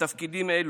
בתפקידים אלו,